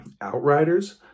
Outriders